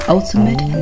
Ultimate